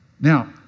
Now